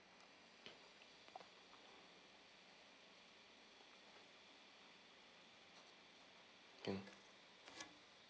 mm